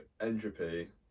entropy